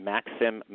Maxim